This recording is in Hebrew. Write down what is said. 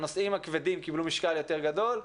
הנושאים הכבדים קיבלו משקל יותר גדול,